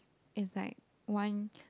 it's like one